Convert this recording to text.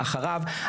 אחריו,